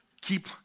Keep